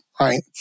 right